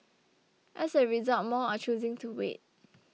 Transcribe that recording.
as a result more are choosing to wait